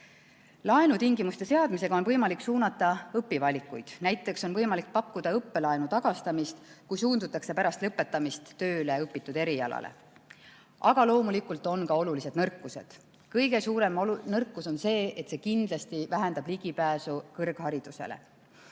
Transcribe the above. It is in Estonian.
Laenutingimuste seadmisega on võimalik suunata õpivalikuid. Näiteks on võimalik pakkuda õppelaenu tagastamist, kui suundutakse pärast lõpetamist tööle õpitud erialale. Aga loomulikult on sel variandil ka olulised nõrkused. Kõige suurem nõrkus on see, et see kindlasti vähendab ligipääsu kõrgharidusele.